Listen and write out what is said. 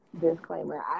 disclaimer